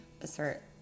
Assert